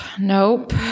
Nope